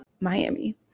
Miami